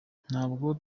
ntabwo